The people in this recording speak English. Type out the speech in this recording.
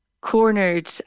cornered